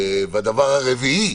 הדבר הרביעי,